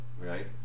right